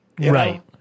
right